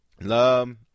Love